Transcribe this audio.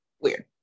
Weird